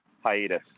hiatus